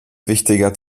wichtiger